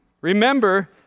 Remember